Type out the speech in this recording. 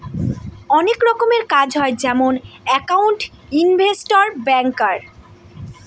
অনেক রকমের কাজ হয় যেমন একাউন্ট, ইনভেস্টর, ব্যাঙ্কার